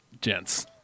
Gents